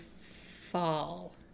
fall